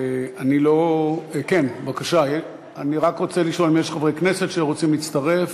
אני רק רוצה לשאול אם יש חברי כנסת שרוצים להצטרף.